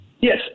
Yes